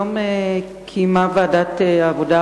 היום קיימה ועדת העבודה,